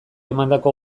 emandako